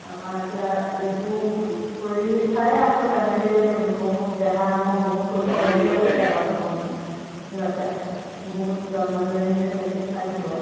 তাৰপৰা এতিয়া এইবোৰ কৰি খাই আছোঁ তেনেকৈয়ে বহুত দেহা মোৰ বহুত সুস্থ হৈ আছে এতিয়া বৰ্তমানলৈকে বহুত যত্ন লৈ মেলি তেনেকৈয়ে খাইছোঁ বাৰু